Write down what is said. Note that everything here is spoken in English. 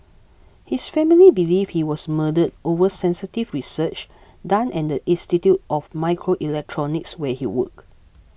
his family believe he was murdered over sensitive research done at the Institute of Microelectronics where he worked